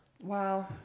Wow